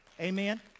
Amen